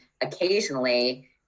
occasionally